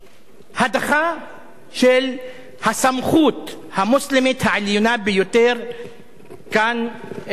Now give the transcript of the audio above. הדחה של הסמכות המוסלמית העליונה ביותר כאן בארץ,